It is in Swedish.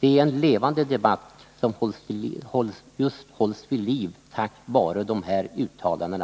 Det är en levande debatt, som hålls vid liv tack vare dessa uttalanden.